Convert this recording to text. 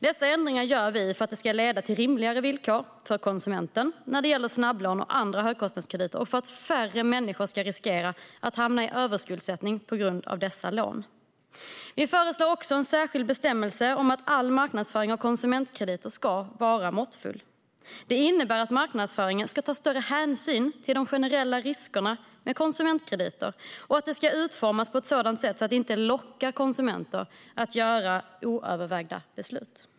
Dessa ändringar gör vi för att de ska leda till rimligare villkor för konsumenten när det gäller snabblån och andra högkostnadskrediter och för att färre människor ska riskera att hamna i överskuldsättning på grund av dessa lån. Vi föreslår också en särskild bestämmelse om att all marknadsföring av konsumentkrediter ska vara måttfull. Det innebär att marknadsföringen ska ta större hänsyn till de generella riskerna med konsumentkrediter och att de ska utformas på ett sådant sätt att de inte lockar konsumenter att ta oöverlagda beslut.